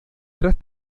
tras